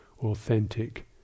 authentic